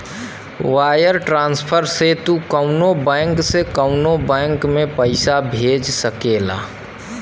wire transfer से तू कउनो बैंक से कउनो बैंक में पइसा भेज सकेला